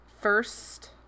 first